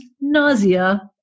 nausea